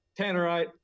Tannerite